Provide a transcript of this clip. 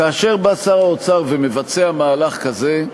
כאשר בא שר האוצר ומבצע מהלך כזה,